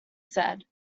said